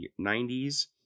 90s